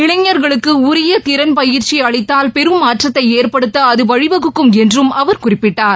இளைஞர்களுக்கு உரிய திறன் பயிற்சி அளித்தால் பெரும் மாற்றத்தை ஏற்படுத்த அது வழிவகுக்கும் என்றும் அவர் குறிப்பிட்டார்